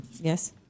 yes